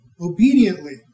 obediently